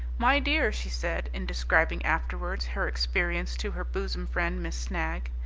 my dear, she said, in describing afterwards her experience to her bosom friend, miss snagg,